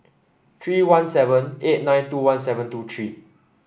three one seven eight nine two one seven two three